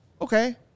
okay